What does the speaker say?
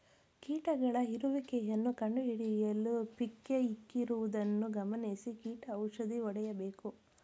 ಕೀಟಗಳ ಇರುವಿಕೆಯನ್ನು ಕಂಡುಹಿಡಿಯಲು ಪಿಕ್ಕೇ ಇಕ್ಕಿರುವುದನ್ನು ಗಮನಿಸಿ ಕೀಟ ಔಷಧಿ ಹೊಡೆಯಬೇಕು